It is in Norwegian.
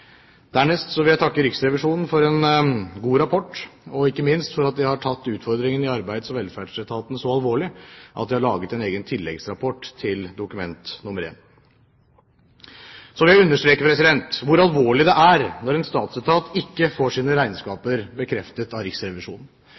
Dernest vil jeg takke Riksrevisjonen for en god rapport, og ikke minst for at de har tatt utfordringene i Arbeids- og velferdsetaten så alvorlig at de har laget en egen tilleggsrapport til Dokument nr. 1. Så vil jeg understreke hvor alvorlig det er når en statsetat ikke får sine regnskaper bekreftet av Riksrevisjonen.